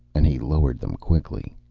and he lowered them quickly.